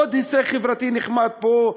עוד הישג חברתי נחמד פה,